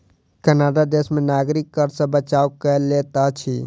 Canada देश में नागरिक कर सॅ बचाव कय लैत अछि